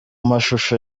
mashusho